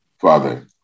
Father